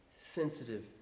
sensitive